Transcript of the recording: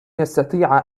يستطيع